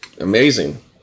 amazing